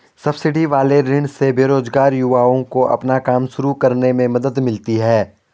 subsidy वाले ऋण से बेरोजगार युवाओं को अपना काम शुरू करने में मदद मिलती है